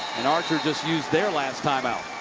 and archer just used their last time out.